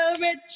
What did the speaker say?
rich